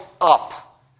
up